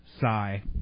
sigh